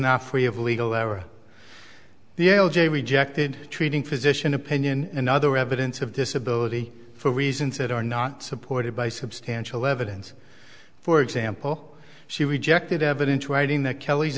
now free of legal ever the l j rejected treating physician opinion and other evidence of disability for reasons that are not supported by substantial evidence for example she rejected evidence writing that kelly